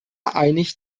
einig